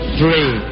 three